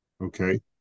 Okay